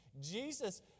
Jesus